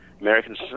Americans